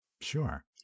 Sure